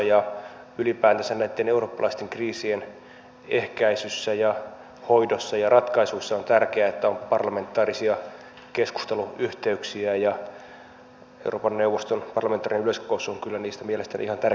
ylipäätänsä näitten eurooppalaisten kriisien ehkäisyssä ja hoidossa ja ratkaisuissa on tärkeää että on parlamentaarisia keskusteluyhteyksiä ja euroopan neuvoston parlamentaarinen yleiskokous on kyllä niistä mielestäni ihan tärkeimpien joukossa